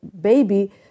baby